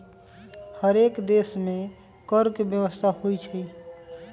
हरेक देश में कर के व्यवस्था होइ छइ